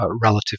relative